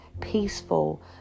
peaceful